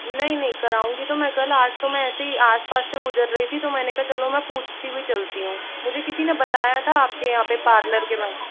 नहीं नहीं कराउंगी तो मैं कल आज तो मैं ऐसे ही आस पास से गुज़र रही थी तो मैंने कहा चलो मैं पूछते हुए चलती हूँ मुझे किसी ने बताया था आपके यहाँ पार्लर के बारे मैं